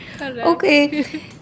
Okay